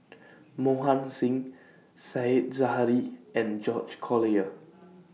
Mohan Singh Said Zahari and George Collyer